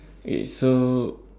K so